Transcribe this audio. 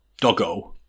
Doggo